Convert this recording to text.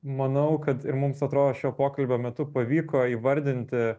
manau kad ir mums atrodo šio pokalbio metu pavyko įvardinti